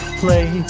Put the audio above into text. play